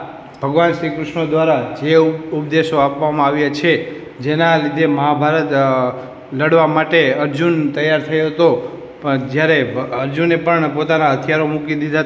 ભગવાન શ્રી કૃષ્ણ દ્વારા જે ઉપ ઉપદેશો આપવામાં આવ્યા છે જેના લીધે મહાભારત લડવા માટે અર્જુન તૈયાર થયો હતો પણ જયારે અર્જુને પણ પોતાના હથિયારો મૂકી દીધા હતા